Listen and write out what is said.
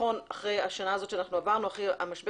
נכון אחרי השנה הזאת שעברנו ואחרי המשבר